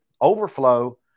overflow